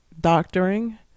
doctoring